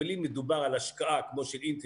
אבל אם מדובר על השקעה כמו של אינטל,